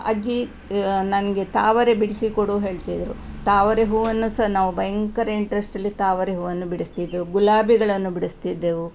ಅಜ್ಜಿ ನನಗೆ ತಾವರೆ ಬಿಡಿಸಿಕೊಡು ಹೇಳ್ತಿದ್ದರು ತಾವರೆ ಹೂವನ್ನು ಸಹ ನಾವು ಭಯಂಕರ ಇಂಟ್ರೆಸ್ಟಲ್ಲಿ ತಾವರೆ ಹೂವನ್ನು ಬಿಡಿಸ್ತಿದ್ದೆವು ಗುಲಾಬಿಗಳನ್ನು ಬಿಡಿಸ್ತಿದ್ದೆವು